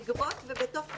לגבות, ובתוך כך,